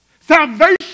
Salvation